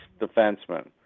defenseman